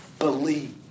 Believe